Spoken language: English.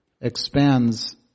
expands